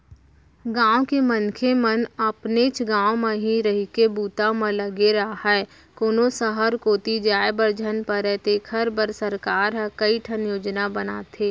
गाँव के मनखे मन अपनेच गाँव म ही रहिके बूता म लगे राहय, कोनो सहर कोती जाय बर झन परय तेखर बर सरकार ह कइठन योजना बनाथे